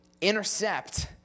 intercept